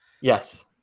Yes